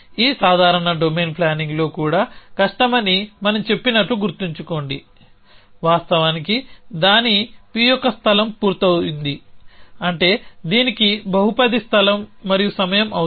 ఈ సాధారణ డొమైన్ ప్లానింగ్లో కూడా కష్టమని మనం చెప్పినట్లు గుర్తుంచుకోండి వాస్తవానికి దాని p యొక్క స్థలం పూర్తయింది అంటే దీనికి బహుపది స్థలం మరియు సమయం అవసరం